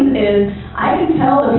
is